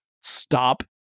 stop